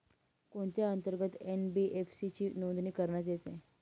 कोणत्या अंतर्गत एन.बी.एफ.सी ची नोंदणी करण्यात येते?